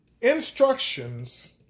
instructions